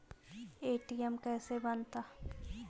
ATM कैसे बनता?